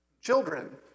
children